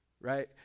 right